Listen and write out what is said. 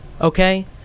Okay